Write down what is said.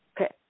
Okay